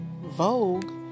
Vogue